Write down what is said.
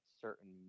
certain